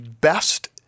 best